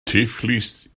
tiflis